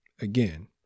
again